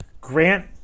Grant